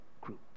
group